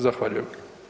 Zahvaljujem.